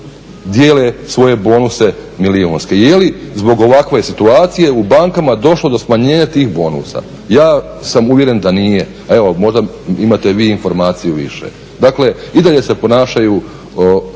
dijele svoje bonuse milijunske? Jeli zbog ovakve situacije u bankama došlo do smanjenja tih bonusa? Ja sam uvjeren da nije, a evo možda vi imate informaciju više. Dakle i dalje se ponašaju